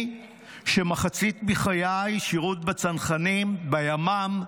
אני, שמחצית מחיי בשירות בצנחנים, בימ"מ,